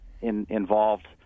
involved